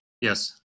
Yes